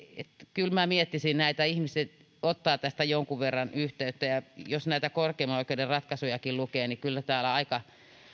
minä miettisin näitä ihmiset ottavat tästä jonkun verran yhteyttä jos näitä korkeimman oikeuden ratkaisujakin lukee niin kyllä täällä aika